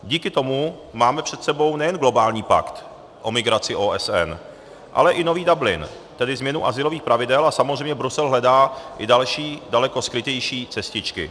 Díky tomu máme před sebou nejen globální pakt o migraci OSN, ale i nový Dublin, tedy změnu azylových pravidel, a samozřejmě Brusel hledá i další, daleko skrytější cestičky.